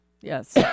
yes